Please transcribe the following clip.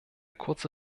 kurze